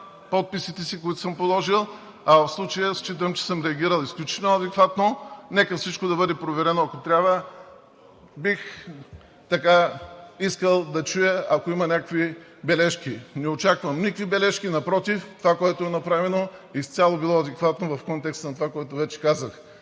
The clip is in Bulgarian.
подписите си, които съм положил, а в случая считам, че съм реагирал изключително адекватно. Нека всичко да бъде проверено, ако трябва, бих искал да чуя, ако има някакви бележки. Не очаквам никакви бележки, напротив, това което е направено, изцяло е било адекватно в контекста на това, което вече казах